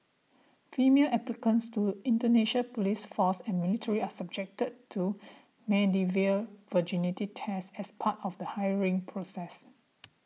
female applicants to Indonesia's police force and military are subjected to medieval virginity tests as part of the hiring process